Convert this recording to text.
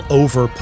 over